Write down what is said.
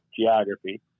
geography